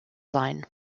sein